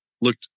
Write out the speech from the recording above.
looked